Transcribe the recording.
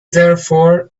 therefore